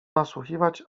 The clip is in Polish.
nasłuchiwać